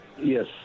Yes